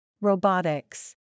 Robotics